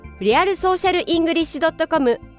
realsocialenglish.com